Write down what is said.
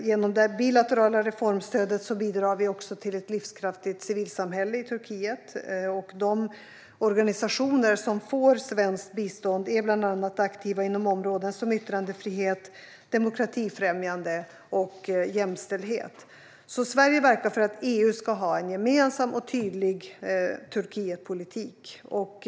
Genom det bilaterala reformstödet bidrar vi också till ett livskraftigt civilsamhälle i Turkiet. De organisationer som får svenskt bistånd är aktiva inom bland annat områden som yttrandefrihet, demokratifrämjande och jämställdhet. Sverige verkar alltså för att EU ska ha en gemensam och tydlig Turkietpolitik.